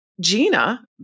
Gina